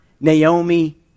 Naomi